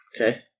Okay